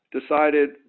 decided